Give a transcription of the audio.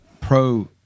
pro-